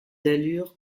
allures